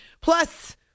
Plus